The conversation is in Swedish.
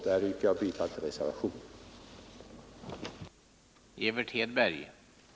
Jag yrkar alltså bifall till reservationen 4.